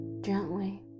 gently